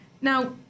Now